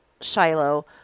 Shiloh